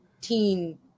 teen